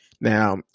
Now